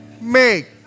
make